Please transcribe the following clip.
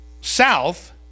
south